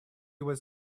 was